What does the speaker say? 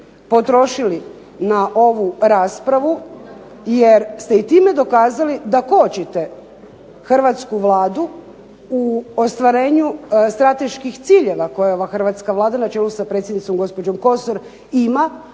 potrošili na ovu raspravu, jer ste i time dokazali da kočite hrvatsku Vladu u ostvarenju strateških ciljeva koje je ova hrvatska Vlada na čelu sa predsjednicom gospođom Kosor ima,